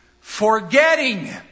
forgetting